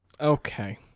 Okay